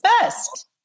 first